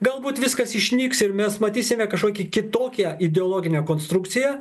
galbūt viskas išnyks ir mes matysime kažkokią kitokią ideologinę konstrukciją